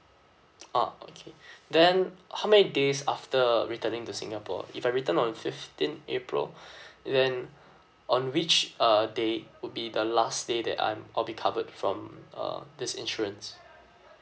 ah okay then how many days after returning to singapore if I return on the fifteenth april then on which uh day would be the last day that I'm I'll be covered from uh this insurance